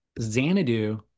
Xanadu